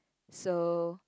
so